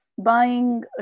buying